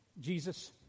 Jesus